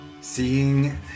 Seeing